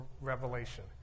Revelation